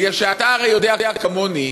בגלל שהרי אתה יודע כמוני,